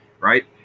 right